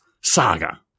saga